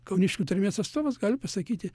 kauniškių tarmės atstovas gali pasakyti